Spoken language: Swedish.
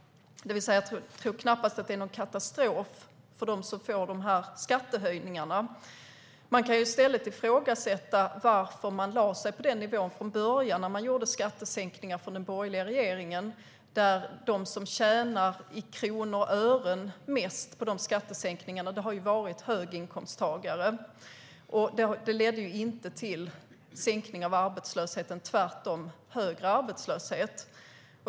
Jag tror knappast att det är någon katastrof för dem som får de här skattehöjningarna. Man kan i stället ifrågasätta varför man lade sig på den här nivån från början när man gjorde skattesänkningar från den borgerliga regeringen. De som i kronor och ören tjänat mest på skattesänkningarna har ju varit höginkomsttagare. Detta ledde inte till en sänkning av arbetslösheten, utan tvärtom till högre arbetslöshet.